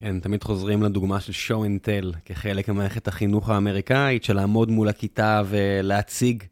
כן, תמיד חוזרים לדוגמה של show and tell כחלק ממערכת החינוך האמריקאית של לעמוד מול הכיתה ולהציג.